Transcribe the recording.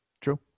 True